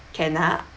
can ah